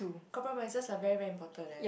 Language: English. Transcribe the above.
compromises are very very important eh